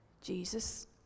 jesus